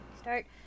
start